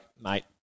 mate